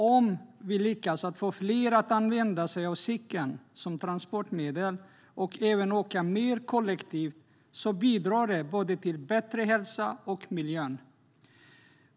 Om vi lyckas att få fler att använda sig av cykeln som transportmedel och även åka mer kollektivt så bidrar det både till bättre hälsa och till bättre miljön.